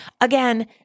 Again